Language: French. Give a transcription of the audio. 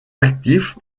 actif